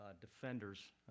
defenders